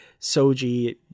Soji